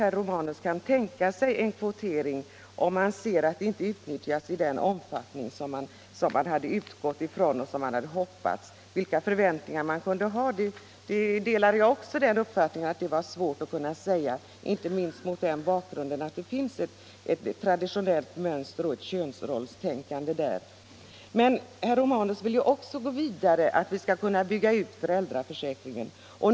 Herr Romanus kan tänka sig en kvotering om man konstaterar att rätten till ledighet inte utnyttjas i den omfattning som man hade utgått ifrån och hoppats på. Jag delar uppfattningen att det var svårt att bedöma i vilken omfattning föräldraförsäkringen skulle utnyttjas av fäderna, inte minst mot den bakgrunden att det finns ett traditionellt mönster och ett könsrollstänkande i dessa frågor. Men herr Romanus vill också gå vidare, till att vi skall kunna bygga ut föräldraförsäkringen.